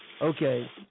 Okay